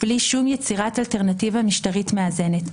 בלי שום יצירת אלטרנטיבה משטרית מאזנת.